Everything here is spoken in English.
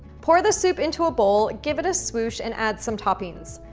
pour the soup into a bowl, give it a swoosh and add some toppings.